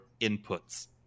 inputs